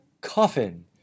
Coffin